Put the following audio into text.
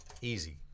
Easy